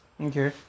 Okay